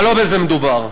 אבל לא בזה מדובר.